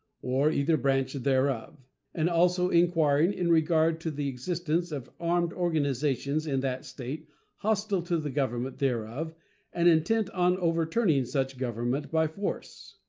or either branch thereof and also inquiring in regard to the existence of armed organizations in that state hostile to the government thereof and intent on overturning such government by force.